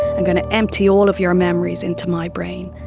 and going to empty all of your memories into my brain.